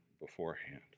beforehand